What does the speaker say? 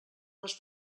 les